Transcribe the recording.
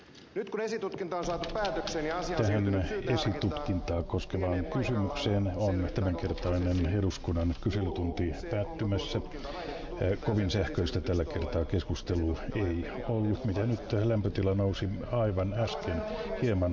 nyt kun esitutkinta on saatu päätökseen ja asia on siirtynyt syyteharkintaan lienee paikallaan selvittää koko prosessin kulku se ovatko tutkinta ja sen esiselvitykset olleet esitutkintalain periaatteen mukaisia